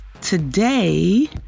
Today